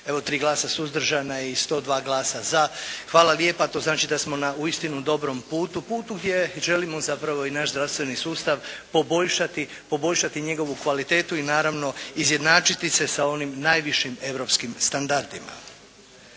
Evo 3 glasa suzdržana i 102 glasa za. Hvala lijepa. To znači da smo na uistinu dobrom putu, putu gdje želimo zapravo i naš zdravstveni sustav poboljšati njegovu kvalitetu i naravno izjednačiti se sa onim najvišim europskim standardima.